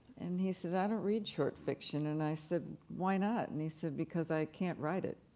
and he said, i don't read short fiction, and i said, why not? and he said, because i can't write it.